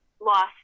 lost